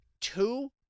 two